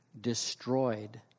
Destroyed